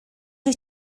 wyt